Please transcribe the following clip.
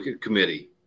Committee